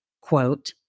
quote